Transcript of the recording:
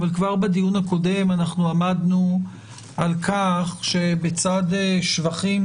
אבל כבר בדיון הקודם עמדנו על כך שבצד שבחים